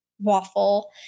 waffle